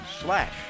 slash